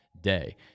day